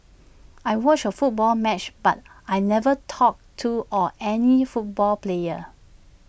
I watched A football match but I never talked to or any football player